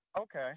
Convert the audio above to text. Okay